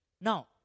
Now